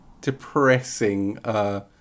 Depressing